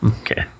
Okay